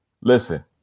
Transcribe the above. listen